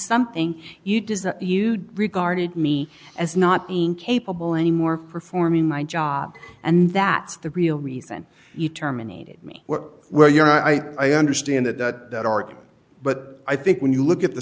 something you does that you'd regarded me as not being capable anymore performing my job and that the real reason you terminated me where you are i i understand that but i think when you look at the